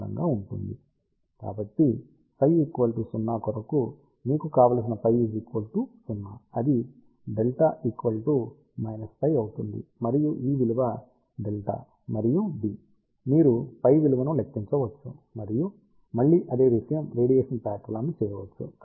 కాబట్టి ψ 0 కొరకు కావలసిన φ 0 అది δ π అవుతుంది మరియు ఈ విలువ δ మరియు d మీరు ψ విలువను లెక్కించవచ్చ మరియు మళ్ళీ అదే విషయం రేడియేషన్ ప్యాట్రన్ లను చేయవచ్చు